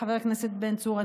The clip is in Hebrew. חבר הכנסת בן צור,